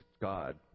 God